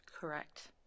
Correct